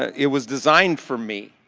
it was designed for me.